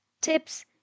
tips